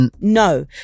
no